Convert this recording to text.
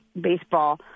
baseball